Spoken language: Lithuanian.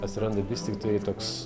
atsiranda vis tiktai toks